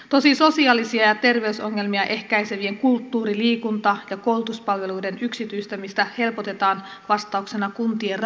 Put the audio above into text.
tosin sosiaalisia ja terveysongelmia ehkäisevien kulttuuri liikunta ja koulutuspalveluiden yksityistämistä helpotetaan vastauksena kuntien rahapulaan